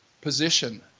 position